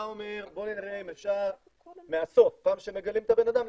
אתה אומר: בוא נראה אם אפשר מהסוף כשכבר מגלים את הבן-אדם,